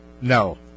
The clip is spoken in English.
No